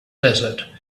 desert